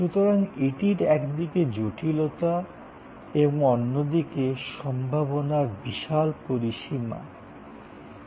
সুতরাং এই ধরণের পরিস্থিতিতে যেমন একদিকে জটিলতার সৃষ্টি হচ্ছে তেমনি অন্যদিকে সম্ভাবনার বিশাল পরিসীমা খুলে যাচ্ছে